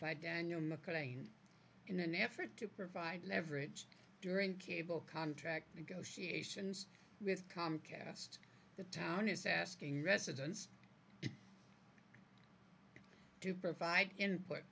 by daniel mcclain in an effort to provide leverage during cable contact negotiations with comcast the town is asking residents to provide input